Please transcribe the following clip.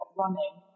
running